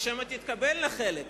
כי שם תתקבלנה חלק,